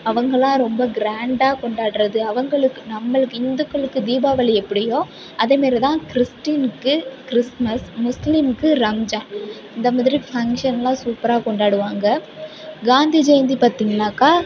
அவங்களாம் ரொம்ப கிராண்டாக கொண்டாடுகிறது அவங்களுக்கு நம்மளுக்கு இந்துக்களுக்கு தீபாவளி எப்படியோ அதேமாரிதான் கிறிஸ்டீனுக்கு கிறிஸ்மஸ் முஸ்லீம்க்கு ரம்ஜான் இந்தமாதிரி ஃபங்ஷன்லாம் சூப்பராக கொண்டாடுவாங்க காந்தி ஜெயந்தி பார்த்திங்கனாக்கா